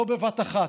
/ לא בבת אחת,